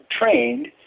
trained